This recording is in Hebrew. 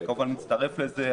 אני כמובן מצטרף לזה.